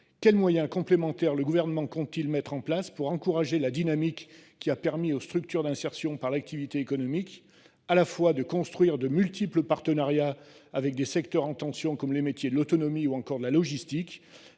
quels moyens complémentaires le Gouvernement compte t il mettre en place pour encourager la dynamique qui a permis aux structures d’insertion par l’activité économique à la fois de construire de multiples partenariats avec des secteurs en tension, comme les métiers de l’autonomie ou encore de la logistique,